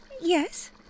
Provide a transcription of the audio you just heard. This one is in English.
Yes